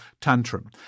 tantrum